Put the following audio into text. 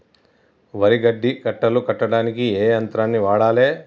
వరి గడ్డి కట్టలు కట్టడానికి ఏ యంత్రాన్ని వాడాలే?